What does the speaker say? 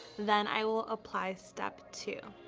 then i will apply step two.